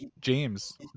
James